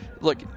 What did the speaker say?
look